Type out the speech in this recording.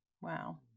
Wow